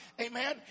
Amen